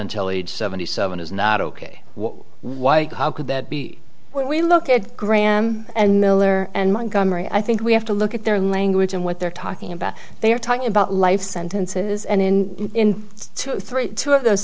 until age seventy seven is not ok what why how could that be when we look at graham and miller and montgomery i think we have to look at their language and what they're talking about they are talking about life sentences and in two three two of those